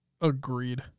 Agreed